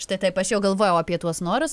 štai taip aš jau galvojau apie tuos norus